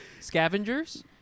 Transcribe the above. scavengers